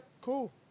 cool